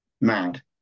mad